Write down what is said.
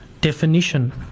definition